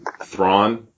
Thrawn